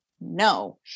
No